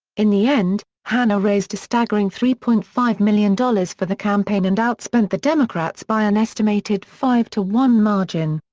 in the end, hanna raised a staggering three point five million dollars for the campaign and outspent the democrats by an estimated five to one margin.